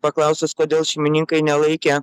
paklaustas kodėl šeimininkai nelaikė